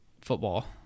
football